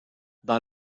dans